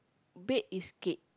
bake is cake